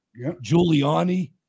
Giuliani